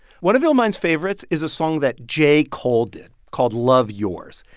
one of illmind's favorites is a song that j. cole did called love yourz.